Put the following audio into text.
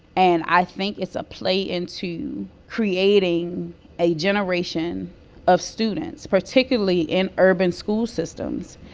and i think it's a play into creating a generation of students, particularly in urban school systems,